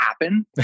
happen